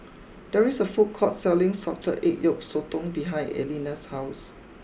there is a food court selling Salted Egg Yolk Sotong behind Erlinda's house